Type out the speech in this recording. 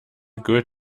good